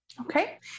Okay